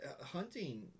hunting